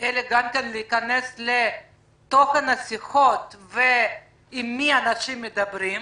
אלא גם להיכנס לתוכן השיחות ולבדוק עם מי אנשים מדברים.